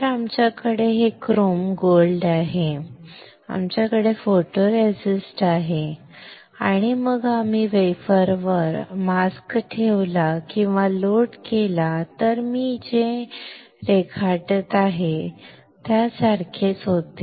तर आमच्याकडे हे क्रोम सोने आहे आमच्याकडे फोटोरेसिस्ट आहे आणि मग आम्ही वेफरवर मास्क ठेवला किंवा लोड केला तर मास्क मी जे रेखाटत आहे त्यासारखेच होते